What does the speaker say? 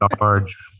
Large